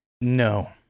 no